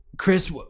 Chris